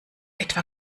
etwa